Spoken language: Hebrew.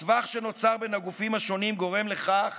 הסבך שנוצר בין הגופים השונים גורם לכך